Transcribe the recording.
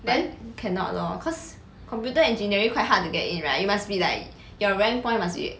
but cannot lor cause computer engineering quite hard to get in right you must be like your rank point must be